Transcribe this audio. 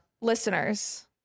Listeners